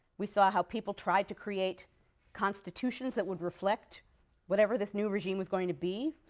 we saw how people tried to create constitutions that would reflect whatever this new regime was going to be,